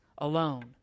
Alone